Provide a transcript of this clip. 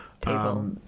table